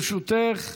לרשותך.